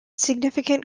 significant